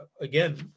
again